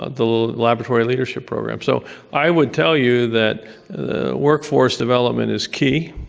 ah the laboratory leadership program. so i would tell you that the workforce development is key.